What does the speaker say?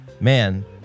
Man